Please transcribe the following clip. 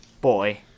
Boy